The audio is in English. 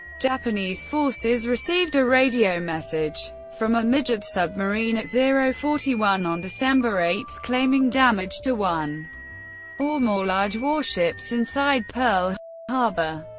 japanese forces received a radio message from a midget submarine at zero forty one on december eight claiming damage to one or more large warships inside pearl harbor.